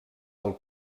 del